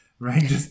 Right